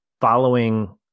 following